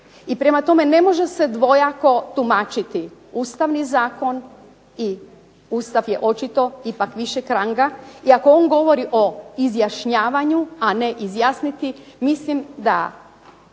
i prema tome ne može se dvojako tumačiti Ustavni zakon i Ustav je očito ipak višeg ranga i ako on govori o izjašnjavanju, a ne izjasniti mislim da